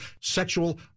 sexual